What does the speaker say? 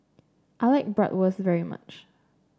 I like Bratwurst very much